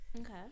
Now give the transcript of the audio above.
okay